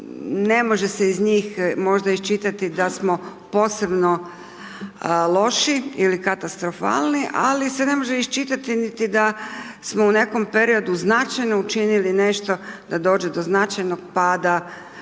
ne može se iz njih možda iščitati da smo posebno loši ili katastrofalni ali se ne može iščitati da smo u nekakvom periodu značajno učinili nešto da dođe do značajnog pada